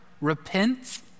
repent